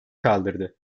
kaldırdı